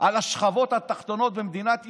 על השכבות התחתונות במדינת ישראל,